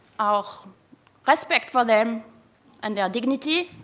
our respect for them and our dignity.